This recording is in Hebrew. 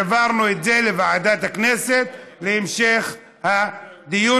העברנו את זה לוועדת הכנסת להמשך הדיון,